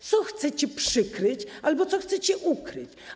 Co chcecie przykryć albo co chcecie ukryć?